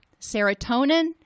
Serotonin